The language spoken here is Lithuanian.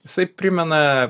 jisai primena